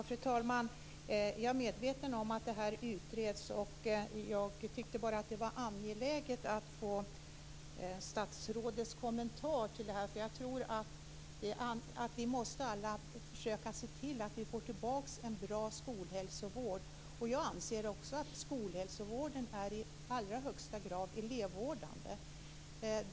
Fru talman! Jag är medveten om att det här utreds. Jag tyckte bara att det var angeläget att få statsrådets kommentar, då jag tror att vi alla måste försöka se till att få tillbaka en bra skolhälsovård. Jag anser också att skolhälsovården är i allra högsta grad elevvårdande.